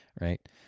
right